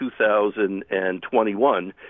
2021